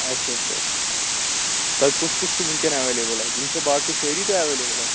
اچھا اچھ اچھا تۄہہِ کُس کُس چھُ وٕنکٮ۪ن ایویلیبل اتہِ یِم چھ باقٕے سٲری تۄہہِ ایویلیبل اتہِ